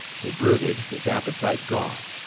he brooded, his appetite gone.